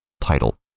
title